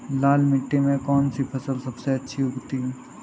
लाल मिट्टी में कौन सी फसल सबसे अच्छी उगती है?